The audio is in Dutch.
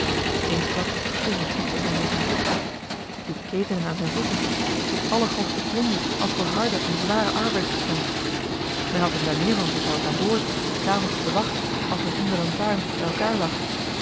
eensklaps voer een schok door zijn lichaam die ketenen aan zijn voeten die allergrofste plunje als voor harden en zwaren arbeid bestemd men had hem daar meer van verteld aan boord s avonds op de wacht als men om de lantaarn bij elkaar lag